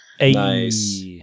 Nice